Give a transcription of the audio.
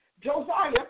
Josiah